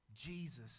Jesus